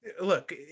look